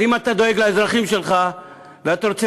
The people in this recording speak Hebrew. אז אם אתה דואג לאזרחים שלך ואתה רוצה